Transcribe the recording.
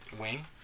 Wing